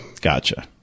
Gotcha